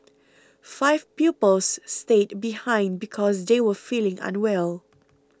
five pupils stayed behind because they were feeling unwell